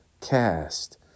Cast